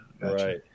right